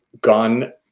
gone